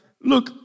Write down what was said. look